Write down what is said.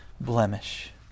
blemish